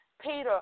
Peter